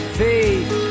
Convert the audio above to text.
faith